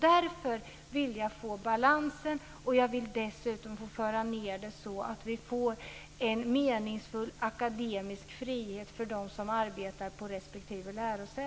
Därför vill jag ha en balans och dessutom föra ned det så att vi får en meningsfull akademisk frihet för dem som arbetar på respektive lärosäte.